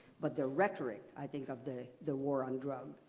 but the rhetoric, i think of the the war on drugs,